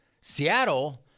Seattle